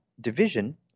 division